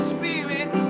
Spirit